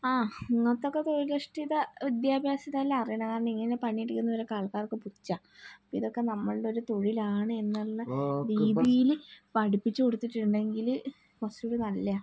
ആഹ് നിങ്ങൾക്കൊക്കെ തൊഴിലധിഷ്ഠിത വിദ്യാഭ്യാസതല അറിയണം കാരണം ഇങ്ങനെ പണിയെടുക്കുന്നവരൊക്കെ ആൾക്കാർക്ക് പുച്ഛം അപ്പം ഇതൊക്കെ നമ്മളുടെ ഒരു തൊഴിലാണ് എന്നുള്ള രീതിയിൽ പഠിപ്പിച്ചുകൊടുത്തിട്ടുണ്ടെങ്കിൽ കുറച്ചുകൂടെ നല്ലതാണ്